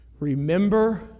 Remember